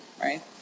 right